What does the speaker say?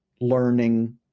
learning